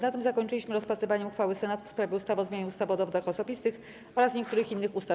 Na tym zakończyliśmy rozpatrywanie uchwały Senatu w sprawie ustawy o zmianie ustawy o dowodach osobistych oraz niektórych innych ustaw.